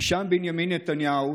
משם בנימין נתניהו